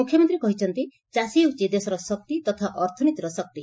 ମୁଖ୍ୟମନ୍ତୀ କହିଛନ୍ତି ଚାଷୀ ହେଉଛି ଦେଶର ଶକ୍ତି ତଥା ଅର୍ଥନୀତିର ଶକ୍ତି